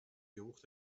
geruch